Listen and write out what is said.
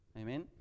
Amen